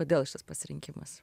kodėl šitas pasirinkimas